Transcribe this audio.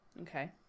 Okay